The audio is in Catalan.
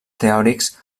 teòrics